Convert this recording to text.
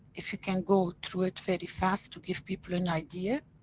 if you can go through it very fast to give people an idea.